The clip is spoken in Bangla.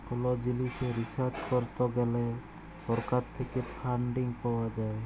কল জিলিসে রিসার্চ করত গ্যালে সরকার থেক্যে ফান্ডিং পাওয়া যায়